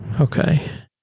Okay